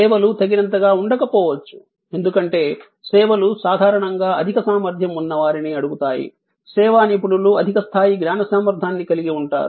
సేవలు తగినంతగా ఉండకపోవచ్చు ఎందుకంటే సేవలు సాధారణంగా అధిక సామర్థ్యం ఉన్నవారిని అడుగుతాయి సేవా నిపుణులు అధిక స్థాయి జ్ఞాన సామర్థ్యాన్ని కలిగి ఉంటారు